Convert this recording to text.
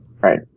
Right